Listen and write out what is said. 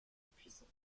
impuissant